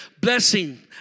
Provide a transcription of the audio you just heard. blessing